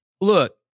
look